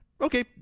Okay